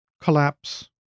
collapse